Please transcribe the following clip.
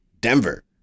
Denver